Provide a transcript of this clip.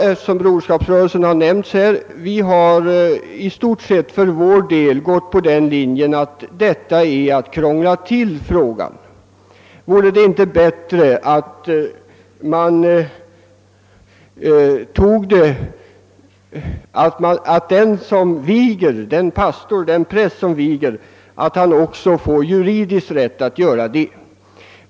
Eftersom Broderskapsrörelsen har nämnts här vill jag säga, att vi i stort sett för vår del har gått på den linjen att detta är att krångla till frågan. Vore det inte bättre, har vi frågat oss, att den präst som viger också får juridisk rätt att göra det?